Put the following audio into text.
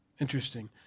interesting